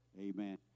amen